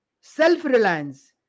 self-reliance